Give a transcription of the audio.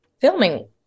filming